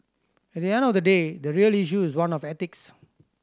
at the end of the day the real issue is one of ethics